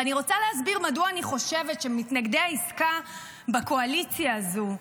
אני רוצה להסביר מדוע אני חושבת שמתנגדי העסקה בקואליציה הזו,